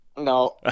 no